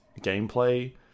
gameplay